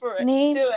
name